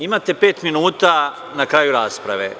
Imate pet minuta na kraju rasprave.